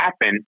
happen